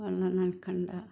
വെള്ളം നനക്കേണ്ട